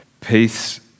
peace